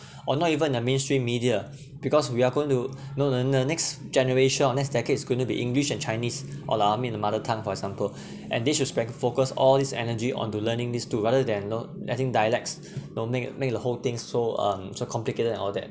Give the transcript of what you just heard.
or not even a mainstream media because we are going to you know the the next generation or next decades going to be english and chinese or like I mean the mother tongue for example and this should sp~ focus all his energy onto learning these two rather than you know letting dialects don't make make the whole thing so um so complicated and all that